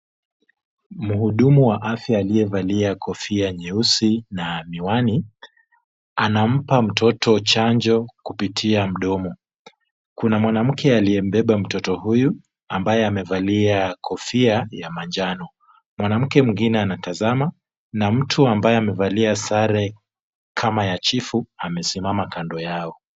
Mhudumu wa afya aliyevalia kofia nyeusi na miwani anampa mtoto chanjo kupitia mdomo. Kuna mwanamke aliyembeba mtoto huyu ambaye amevalia kofia ya manjano. Mwanamke mwengine anatazama na mtu ambaye amevalia sare kama ya chifu amesimama kando yao.